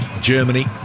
Germany